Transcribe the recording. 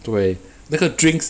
对那个 drinks